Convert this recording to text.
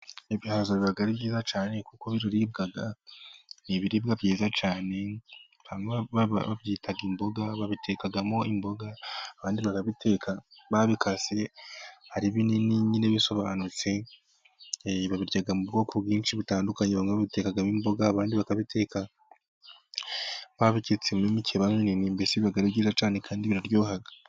Ibihaza biba ari byiza cyane kuko biribwa, ni ibiribwa byiza cyane bamwe babyita imboga babitekamo imboga abandi bakabiteka babikasiye ari binini nyine bisobanutse. Babirya mu bwoko bwinshi butandukanye bamwe babitekamo imboga, abandi bakabiteka babicyetse mbese aba ari byiza cyane kandi biraryoha.